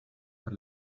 per